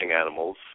animals